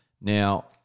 Now